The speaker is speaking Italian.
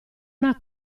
una